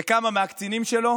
וכמה מהקצינים שלו